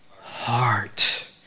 heart